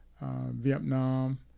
Vietnam